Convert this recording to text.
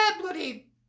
bloody